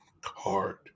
card